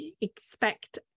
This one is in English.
expect